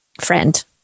friend